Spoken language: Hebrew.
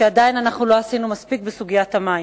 שעדיין לא עשינו מספיק בסוגיית המים.